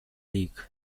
league